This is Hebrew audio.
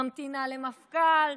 ממתינה למפכ"ל,